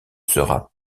sera